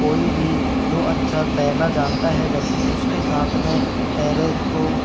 कोई भी जो अच्छा तैरना जानता है व्यक्ति उसके साथ में तैरे तो